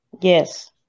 Yes